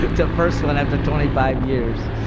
the first one after twenty five years,